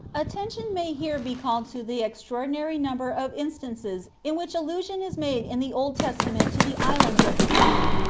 attention may here be called to the extraordinary number of instances in which allusion is made in the old testament to the islands of the sea,